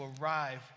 arrive